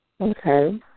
Okay